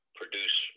produce